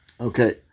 Okay